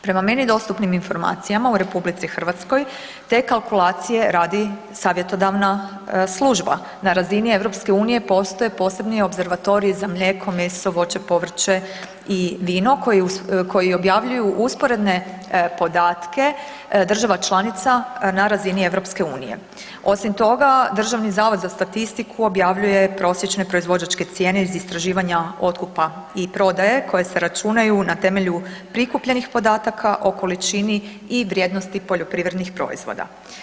Prema meni dostupnim informacijama u RH te kalkulacije radi Savjetodavna služba, na razini EU postoje posebni opservatoriji za mlijeko, meso, voće, povrće i vino koji objavljuju usporedne podatke država članica na razini EU. osim toga DZS objavljuje prosječne proizvođačke cijene iz istraživanja otkupa i prodaje koje se računaju na temelju prikupljenih podataka o količini i vrijednosti poljoprivrednih proizvoda.